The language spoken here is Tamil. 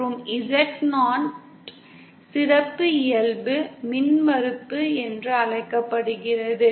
மற்றும் Z0 சிறப்பியல்பு மின்மறுப்பு என்று அழைக்கப்படுகிறது